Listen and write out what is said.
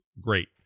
great